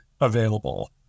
available